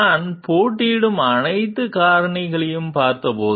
நான் போட்டியிடும் அனைத்து காரணிகளையும் பார்த்தபோது